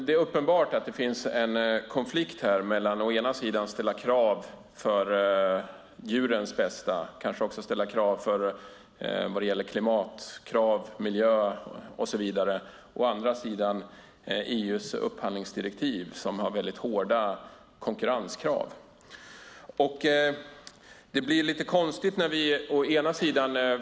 Det är uppenbart att det finns en konflikt här mellan att man å ena sidan vill ställa krav för djurens bästa och kanske också krav för klimat, miljö och så vidare, å andra sidan EU:s upphandlingsdirektiv som ställer hårda konkurrenskrav.